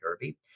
Derby